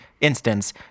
instance